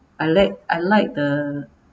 I like I like the